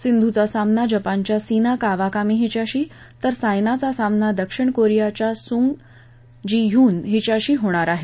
सिंधूचा सामना जपानच्या सीना कावाकामी हिच्याशी तर सायनाचा सामना दक्षिण कोरिआच्या संगु जी ह्यून हिच्याशी होणार आहे